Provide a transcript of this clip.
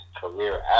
career